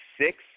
six